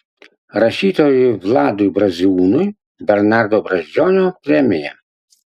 rašytojui vladui braziūnui bernardo brazdžionio premija